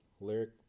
lyric